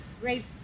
great